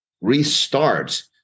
restart